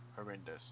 horrendous